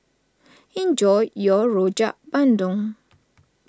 enjoy your Rojak Bandung